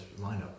lineup